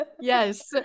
yes